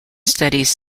studies